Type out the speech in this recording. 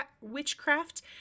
witchcraft